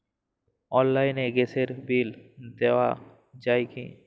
অনলাইনে গ্যাসের বিল দেওয়া যায় কি?